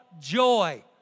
joy